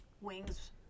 wings